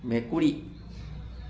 মেকুৰী